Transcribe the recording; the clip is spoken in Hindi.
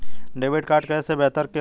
डेबिट कार्ड कैश से बेहतर क्यों है?